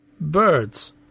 Birds